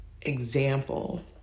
example